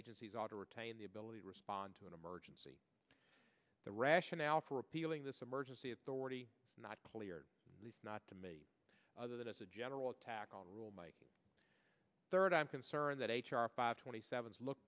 agencies ought to retain the ability to respond to an emergency the rationale for appealing this emergency authority not clear at least not to me other than as a general attack on the rule my third i'm concerned that h r five twenty seven look